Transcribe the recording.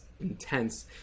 intense